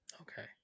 okay